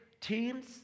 teams